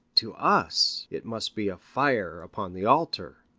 to us it must be a fire upon the altar.